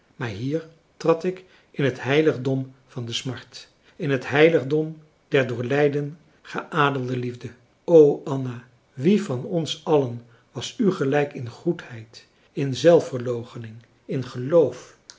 maar hier trad ik in het heiligdom van de smart in het heiligdom der door lijden geadelde liefde o anna wie van ons allen was u gelijk in goedheid in zelfverloochening in geloof